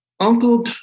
Uncle